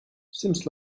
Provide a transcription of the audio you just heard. seems